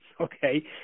okay